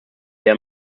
der